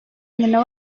nyina